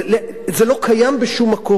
זה לא קיים בשום מקום,